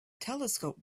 telescope